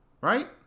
right